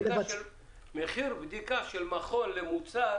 מחיר בדיקה של מכון למוצר